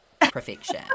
perfection